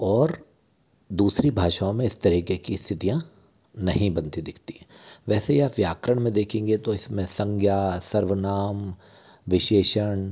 और दूसरी भाषाओं में इस तरीके की स्थितियां नहीं बनती दिखती हैं वैसे ही आप व्याकरण में देखेंगे तो इसमें संज्ञा सर्वनाम विशेषण